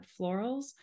florals